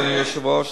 אדוני היושב-ראש,